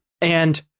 And-